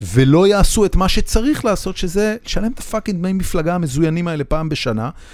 ולא יעשו את מה שצריך לעשות, שזה לשלם את הפאקינג דמי מפלגה המזוינים האלה פעם בשנה.